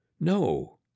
No